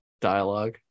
dialogue